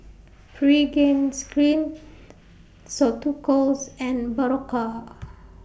Pregain Skin Ceuticals and Berocca